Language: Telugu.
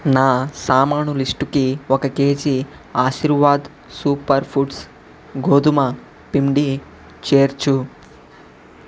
నా సామాను లిస్టుకి ఒక కేజీ ఆశీర్వాద్ సూపర్ ఫుడ్స్ గోధుమ పిండి చేర్చు